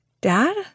Dad